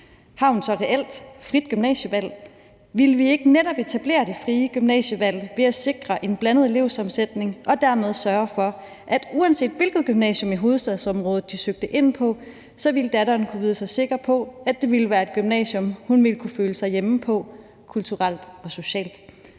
Har hun så reelt et frit gymnasievalg? Ville vi ikke netop etablere det frie gymnasievalg ved at sikre en blandet elevsammensætning og dermed sørge for, at datteren, uanset hvilket gymnasium i hovedstadsområdet hun søgte ind på, så ville kunne vide sig sikker på, at det ville være et gymnasium, hun ville kunne føle sig hjemme på kulturelt og socialt?